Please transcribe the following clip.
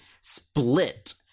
split